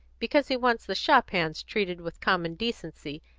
because he wants the shop-hands treated with common decency,